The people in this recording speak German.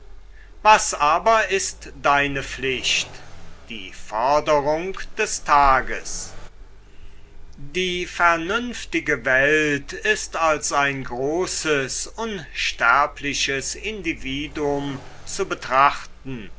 was aber ist deine pflicht die forderung des tages die vernünftige welt ist als ein großes unsterbliches individuum zu betrachten